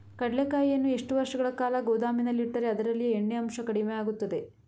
ಕಡ್ಲೆಕಾಯಿಯನ್ನು ಎಷ್ಟು ವರ್ಷಗಳ ಕಾಲ ಗೋದಾಮಿನಲ್ಲಿಟ್ಟರೆ ಅದರಲ್ಲಿಯ ಎಣ್ಣೆ ಅಂಶ ಕಡಿಮೆ ಆಗುತ್ತದೆ?